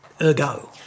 ergo